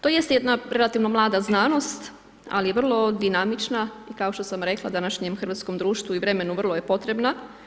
To jest jedna relativno mlada znanost, ali je vrlo dinamična i kao što sam rekla, današnjem hrvatskom društvu i vremenu vrlo je potrebna.